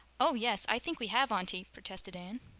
oh, yes. i think we have, aunty, protested anne.